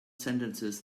sentences